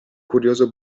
curioso